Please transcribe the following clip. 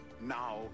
now